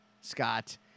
Scott